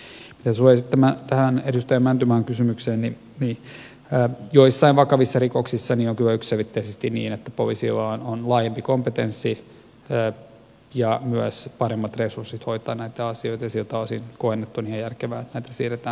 mitä tulee sitten tähän edustaja mäntymaan kysymykseen niin joissain vakavissa rikoksissa on kyllä yksiselitteisesti niin että poliisilla on laajempi kompetenssi ja myös paremmat resurssit hoitaa näitä asioita ja siltä osin kuin on järkevää siirtää